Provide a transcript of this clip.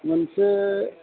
मोनसे